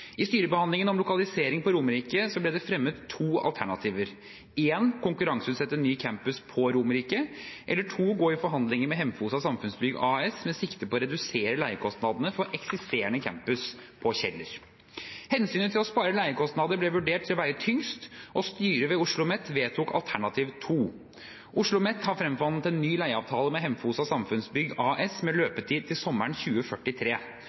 I styrebehandlingen om lokaliseringen på Romerike ble det fremmet to alternativer: konkurranseutsette ny campus på Romerike gå i forhandlinger med Hemfosa Samfunnsbygg AS med sikte på å redusere leiekostnadene for eksisterende campus på Kjeller Hensynet til å spare leiekostnader ble vurdert til å veie tyngst, og styret ved OsloMet vedtok alternativ to. OsloMet har fremforhandlet en ny leieavtale med Hemfosa Samfunnsbygg AS med løpetid til sommeren 2043.